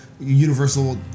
universal